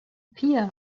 vier